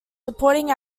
supporting